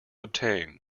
obtain